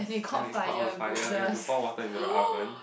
then it caught on fire then we have to pour water into the oven